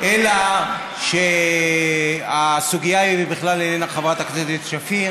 אלא שהסוגיה בכלל איננה חברת הכנסת שפיר